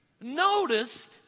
noticed